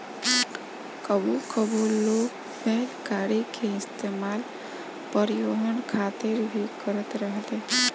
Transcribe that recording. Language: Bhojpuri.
कबो कबो लोग बैलगाड़ी के इस्तेमाल परिवहन खातिर भी करत रहेले